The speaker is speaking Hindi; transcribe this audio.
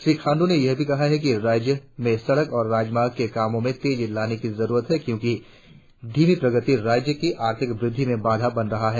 श्री खांडू ने यह भी कहा कि राज्य में सड़क और राजमार्ग के कामों मे तेजी लाने की जरुरत है क्योंकि धीमि प्रगति राज्य की आर्थिक वृद्धि में बाधा बन रही है